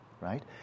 right